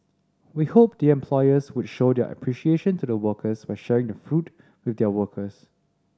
we hope the employers would show their appreciation to the workers by sharing the fruit with their workers